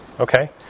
Okay